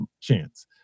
chance